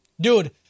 Dude